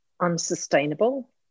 unsustainable